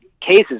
cases